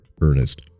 Ernest